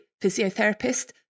physiotherapist